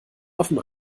offen